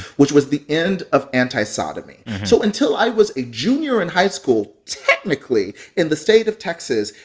which was the end of anti-sodomy. so until i was a junior in high school, technically, in the state of texas,